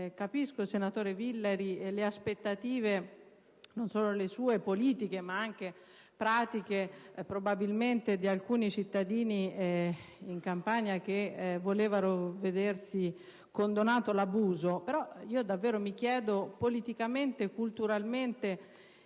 Capisco, senatore Villari, le aspettative - non solo le sue - politiche ma anche pratiche, probabilmente, di alcuni cittadini campani che volevano vedersi condonato l'abuso, però, davvero mi chiedo, politicamente e culturalmente,